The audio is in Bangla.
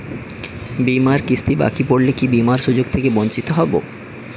বিমার কিস্তি বাকি পড়লে কি বিমার সুযোগ থেকে বঞ্চিত হবো?